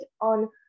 on